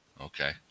Okay